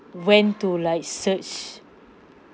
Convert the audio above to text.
went to like search